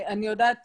אני יודעת,